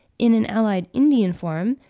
in an allied indian form,